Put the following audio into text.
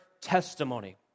testimony